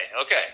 okay